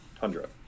tundra